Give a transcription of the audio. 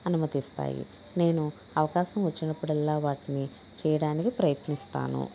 అనుమతిస్తాయి నేను అవకాశం వచ్చినప్పుడల్లా వాటిని చేయడానికి ప్రయత్నిస్తాను